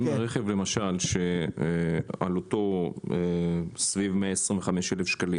אם הרכב עולה כ-125,000 שקלים,